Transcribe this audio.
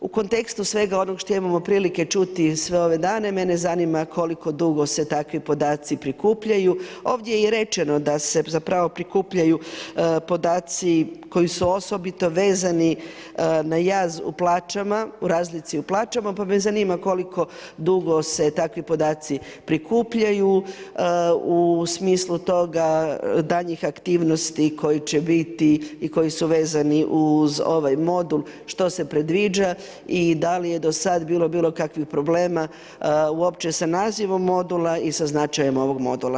U kontekstu svega onog što imamo prilike čuti sve ove dane, mene zanima koliko dugo se takvi podaci prikupljaju, ovdje je i rečeno da se zapravo prikupljaju podaci koji su osobito vezani na jaz u plaćama, u razlici u plaćama, pa me zanima koliko dugo se takvi podaci prikupljaju, u smislu toga daljnjih aktivnosti koji će biti i koji su vezani uz ovaj modul, što se predviđa i da li je do sad bilo bilo kakvih problema uopće sa nazivom modula i sa značajem ovog modula?